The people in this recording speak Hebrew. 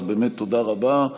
אז באמת תודה רבה.